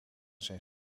zijn